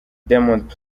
diamond